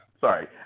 Sorry